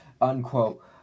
unquote